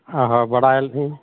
ᱚ ᱦᱚᱸ ᱵᱟᱰᱟᱭᱟᱞᱤᱧ